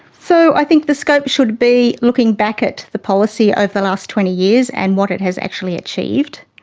so i think the scope should be looking back at the policy over the last twenty years and what it has actually achieved.